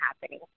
happening